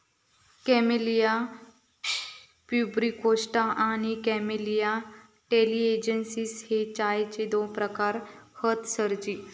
camellia प्यूबिकोस्टा आणि camellia टॅलिएन्सिस हे चायचे दोन प्रकार हत सरजी